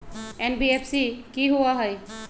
NBFC कि होअ हई?